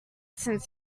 since